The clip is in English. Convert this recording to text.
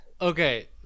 okay